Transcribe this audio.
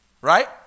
right